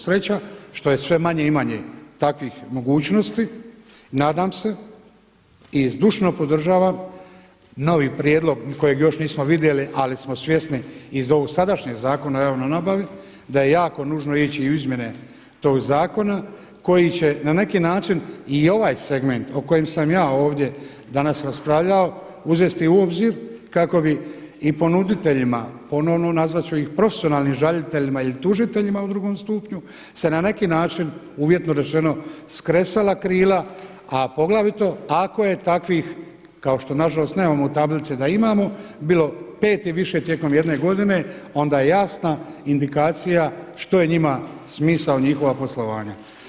Sreća što je sve manje i manje takvih mogućnosti, nadam se i zdušno podržavam novi prijedlog kojeg još nismo vidjeli ali smo svjesni iz ovog sadašnjeg Zakona o javnoj nabavi da je jako nužno ići u izmjene tog zakona koji će na neki način i ovaj segment o kojem sam ja ovdje danas raspravljao uzesti u obzir kako bi i ponuditeljima, ponovno nazvat ću ih profesionalnim žaliteljima ili tužiteljima u drugom stupnju, se na neki način uvjetno rečeno skresala krila, a poglavito ako je takvih kao što nažalost nemamo u tablici da imamo bilo pet i više tijekom jedne godine onda je jasna indikacija što je njima smisao njihova poslovanja.